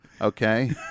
Okay